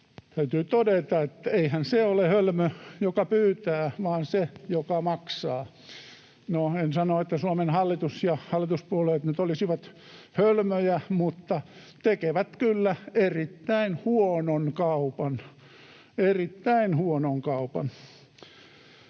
täytyy todeta, että eihän se ole hölmö, joka pyytää, vaan se, joka maksaa. No, en sano, että Suomen hallitus ja hallituspuolueet nyt olisivat hölmöjä mutta tekevät kyllä erittäin huonon kaupan, erittäin huonon kaupan.